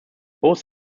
both